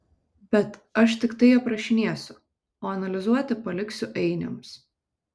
bet aš tiktai aprašinėsiu o analizuoti paliksiu ainiams